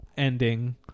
Ending